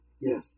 Yes